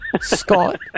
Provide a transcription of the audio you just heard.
Scott